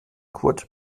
kurt